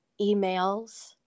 emails